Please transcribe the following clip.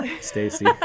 Stacy